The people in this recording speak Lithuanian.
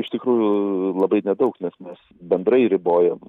iš tikrųjų labai nedaug nes mes bendrai ribojam